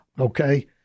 Okay